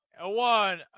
One